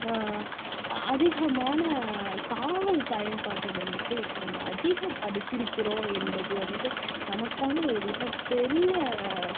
அதிகமான காவல் பயன்பாட்டை வந்துட்டு இப்போ நம்ம அதிகப்படுத்திருக்கிறோம் என்பது வந்துட்டு நமக்கான ஒரு மிகப்பெரிய